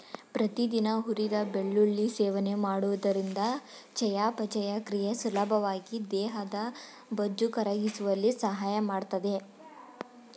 ಪ್ರತಿದಿನ ಹುರಿದ ಬೆಳ್ಳುಳ್ಳಿ ಸೇವನೆ ಮಾಡುವುದರಿಂದ ಚಯಾಪಚಯ ಕ್ರಿಯೆ ಸುಲಭವಾಗಿ ದೇಹದ ಬೊಜ್ಜು ಕರಗಿಸುವಲ್ಲಿ ಸಹಾಯ ಮಾಡ್ತದೆ